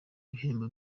bihembo